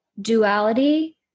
duality